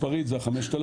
מספרית זה ה-5,000